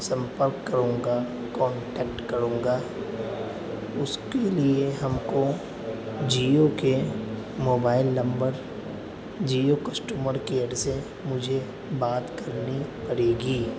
سمپرک کروں گا کانٹیکٹ کروں گا اس کے لیے ہم کو جیو کے mobile number Jio customer care سے مجھے بات کرنی پڑے گی